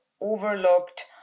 overlooked